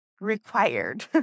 required